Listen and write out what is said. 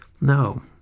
No